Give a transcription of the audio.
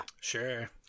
sure